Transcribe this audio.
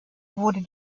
wurde